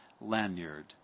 lanyard